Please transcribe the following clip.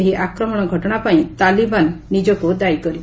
ଏହି ଆକ୍ରମଣ ଘଟଣାପାଇଁ ତାଲିବାନ୍ ନିଜକୁ ଦାୟି କରିଛି